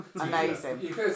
Amazing